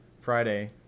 Friday